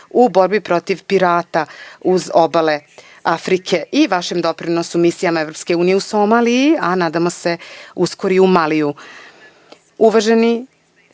u borbi protiv pirata uz obale Afrike i vašem doprinosu misijama EU u Somaliji, a nadamo se, uskoro i u Maliju. Uvaženi